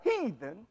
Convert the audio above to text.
heathen